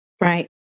Right